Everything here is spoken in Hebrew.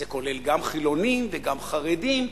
זה כולל גם חילונים וגם חרדים,